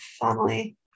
family